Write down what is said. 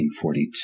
1942